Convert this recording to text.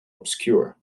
obscure